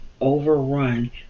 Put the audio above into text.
overrun